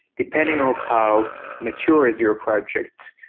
depending on how mature is your project,